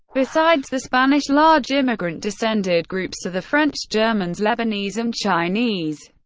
besides the spanish, large immigrant-descended groups are the french, germans, lebanese and chinese.